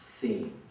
theme